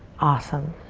awesome.